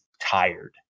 tired